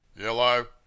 Yellow